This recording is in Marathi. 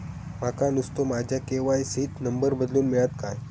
माका नुस्तो माझ्या के.वाय.सी त नंबर बदलून मिलात काय?